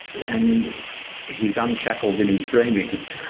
and he is unshackled in his dreamings,